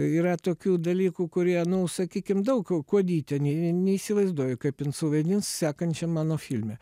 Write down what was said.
yra tokių dalykų kurie nu sakykim daug kuodytė ne neįsivaizduoju kaip jin suvaidins sekančiam mano filme